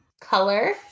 Color